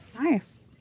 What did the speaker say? Nice